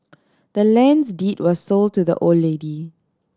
the land's deed was sold to the old lady